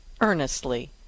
earnestly